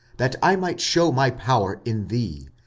that i might shew my power in thee,